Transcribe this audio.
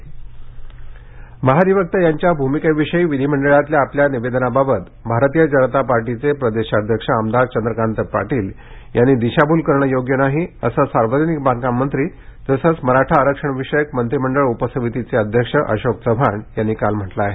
अशोक चव्हाण स्पष्टीकरण महाधिवक्ता यांच्या भूमिकेविषयी विधिमंडळातल्या आपल्या निवेदनाबाबत भारतीय जनता पार्टीचे प्रदेशाध्यक्ष आमदार चंद्रकांत पाटील यांनी दिशाभूल करणं योग्य नाही असं सार्वजनिक बांधकाम मंत्री तसंच मराठा आरक्षण विषयक मंत्रिमंडळ उपसमितीचे अध्यक्ष अशोक चव्हाण यांनी काल म्हटलं आहे